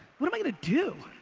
what am i gonna do?